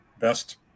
best